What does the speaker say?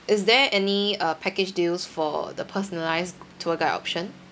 is there any uh package deals for the personalised tour guide option